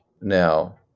now